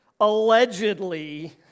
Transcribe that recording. Allegedly